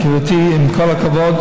גברתי, עם כל הכבוד,